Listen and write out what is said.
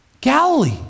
Galilee